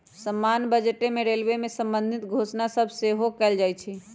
समान्य बजटे में रेलवे से संबंधित घोषणा सभ सेहो कएल जाइ छइ